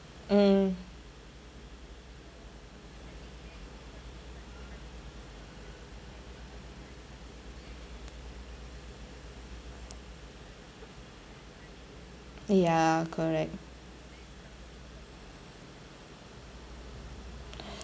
mm ya correct